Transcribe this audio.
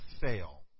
fail